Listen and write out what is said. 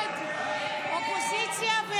הסתייגות 1944